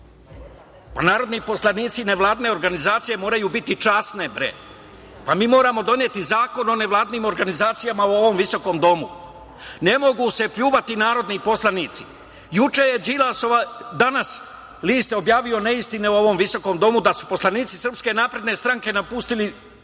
Narodni poslanici nevladine organizacije moraju biti časne, bre. Pa, mi moramo doneti zakon o nevladinim organizacijama u ovom Visokom domu. Ne mogu se pljuvati narodni poslanici. Juče je Đilasov list „Danas“ objavio neistine o ovom Visokom domu da su poslanici SNS napustili